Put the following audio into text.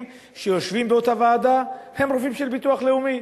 שיושבים בה הם רופאים של ביטוח לאומי,